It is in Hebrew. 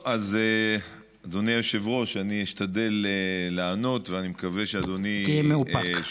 אדוני היושב-ראש, אני אשתדל לענות, תהיה מאופק.